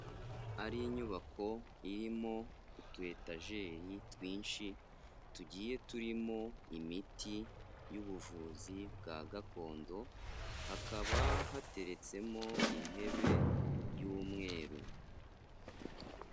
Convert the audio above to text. Ari inyubako irimo utu etajeri twinshi tugiye turimo imiti y'ubuvuzi bwa gakondo, hakaba hateretsemo intebe y'umweru.